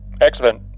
Excellent